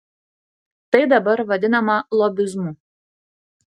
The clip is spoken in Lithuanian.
tai dabar vadinama lobizmu